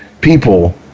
people